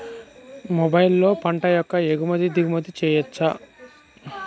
మొబైల్లో పంట యొక్క ఎగుమతి దిగుమతి చెయ్యచ్చా?